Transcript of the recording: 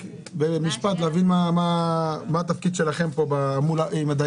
במשפט להבין מה התפקיד שלכם עם הדיירים,